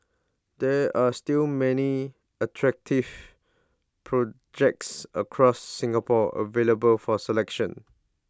there are still many attractive projects across Singapore available for selection